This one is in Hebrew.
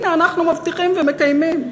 הנה, אנחנו מבטיחים ומקיימים,